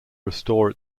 restore